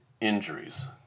injuries